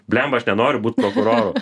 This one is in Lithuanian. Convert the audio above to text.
bliamba aš nenoriu būt prokuroru